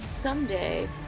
Someday